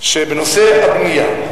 שבנושא הבנייה,